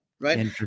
right